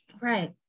Right